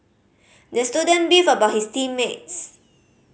the student beefed about his team mates